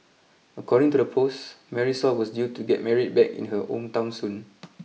according to the post Marisol was due to get married back in her hometown soon